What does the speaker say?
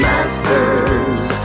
Masters